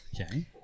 Okay